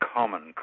common